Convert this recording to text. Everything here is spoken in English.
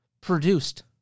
produced